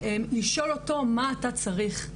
לשאול אותו מה אתה צריך?